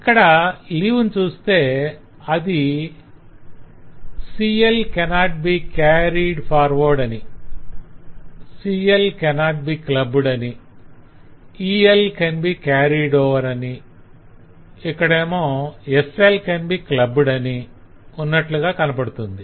ఇక్కడ లీవ్ ని చూస్తే అది 'CL cannot be carried forward' అని 'CLs cannot be clubbed' అని 'ELs can be carried over' అని ఇక్కడేమో 'SL can be clubbed' అని ఉన్నట్లుగా కనబడుతుంది